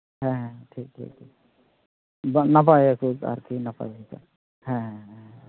ᱦᱮᱸ ᱦᱮᱸ ᱴᱷᱤᱠ ᱴᱷᱤᱠ ᱴᱷᱤᱠ ᱵᱟᱝ ᱱᱟᱯᱟᱭ ᱜᱮ ᱦᱩᱭ ᱠᱚᱜᱼᱟ ᱦᱮᱸ ᱦᱮᱸ ᱦᱮᱸ